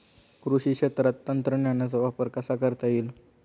कृषी क्षेत्रात तंत्रज्ञानाचा वापर कसा करता येईल?